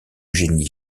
génie